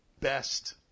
best